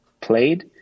played